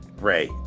Ray